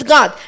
God